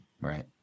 Right